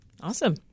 Awesome